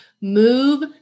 Move